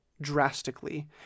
drastically